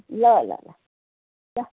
ल ल ल ल